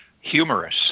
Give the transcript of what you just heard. humorous